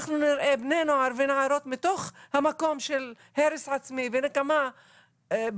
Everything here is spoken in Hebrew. אנחנו נראה בני נוער ונערות מתוך המקום של הרס עצמי ונקמה באחרים,